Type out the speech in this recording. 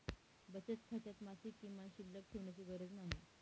बचत खात्यात मासिक किमान शिल्लक ठेवण्याची गरज नाही